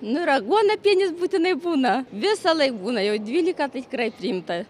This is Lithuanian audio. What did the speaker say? nu ir aguonapienis būtinai būna visąlaik būna jau dvylika tai tikrai priimta ar